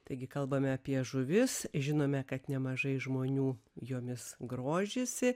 taigi kalbame apie žuvis žinome kad nemažai žmonių jomis grožisi